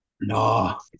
No